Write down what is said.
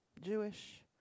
Jewish